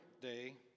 day